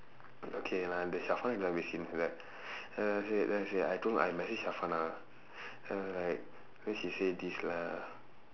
okay lah the like that then I say then I say I told I message then I was like then she say this lah